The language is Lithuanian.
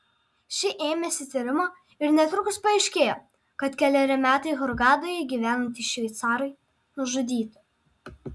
ši ėmėsi tyrimo ir netrukus paaiškėjo kad keleri metai hurgadoje gyvenantys šveicarai nužudyti